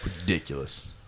Ridiculous